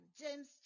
James